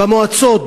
במועצות,